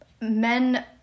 men